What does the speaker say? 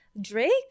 drake